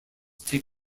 take